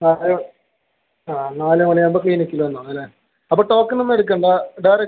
ആ നാല് മണി ആവുമ്പോൾ ക്ളീനിക്കിൽ വന്നാൽ മതി അല്ലെ അപ്പം ടോക്കണൊന്നും എടുക്കണ്ടേ ഡയറക്റ്റ്